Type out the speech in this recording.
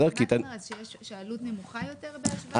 מה זאת אומרת, שהעלות נמוכה יותר בהשוואה?